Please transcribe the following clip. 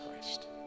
Christ